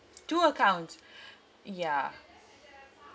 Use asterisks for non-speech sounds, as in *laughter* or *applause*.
two accounts *breath* yeah